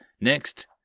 Next